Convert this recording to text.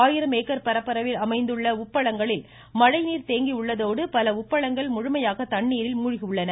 ஆயிரம் ஏக்கர் பரப்பில் அமைந்துள்ள உப்பளங்களில் மழைநீர் தேங்கியுள்ளதோடு பல உப்பளங்கள் முழுமையாக தண்ணீரில் மூழ்கியுள்ளன